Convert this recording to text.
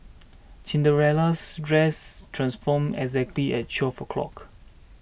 Cinderella's dress transformed exactly at twelve o'clock